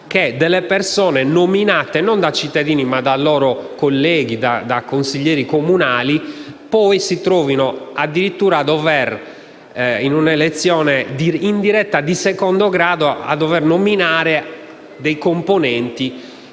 cui delle persone nominate non da cittadini, ma da loro colleghi, ossia consiglieri comunali, si troverebbero addirittura, in un'elezione indiretta di secondo grado, a dover nominare dei componenti